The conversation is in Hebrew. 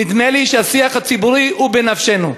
נדמה לי שהשיח הציבורי הוא בנפשנו.